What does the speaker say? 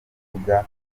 urubuga